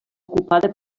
ocupada